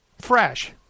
Fresh